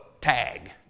tag